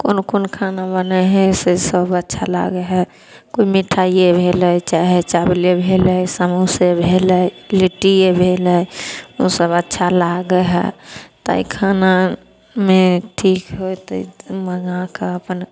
कोन कोन खाना बनै हइ से सब अच्छा लागै हइ कोइ मिठाइए भेलै चाहे चावले भेलै समोसे भेलै लिट्टिए भेलै ओसब अच्छा लागै हइ ताहि खानामे ठीक होतै तऽ मँगाकऽ अपन